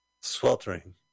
sweltering